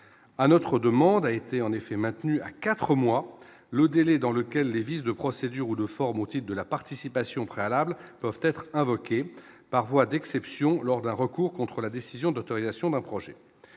à notre demande, a été en effet maintenu à 4 mois le délai dans lequel les vices de procédure ou de forme type de la participation préalables peuvent être invoquées par voie d'exception lors d'un recours contre la décision d'autorisation d'un projet,